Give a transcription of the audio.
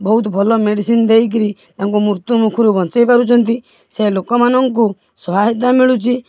ବହୁତ ଭଲ ମେଡ଼ିସିନ୍ ଦେଇକିରି ତାଙ୍କୁ ମୃତ୍ୟୁମୁଖରୁ ବଞ୍ଚେଇ ପାରୁଛନ୍ତି ସେ ଲୋକମାନଙ୍କୁ ସହାୟତା ମିଳୁଛି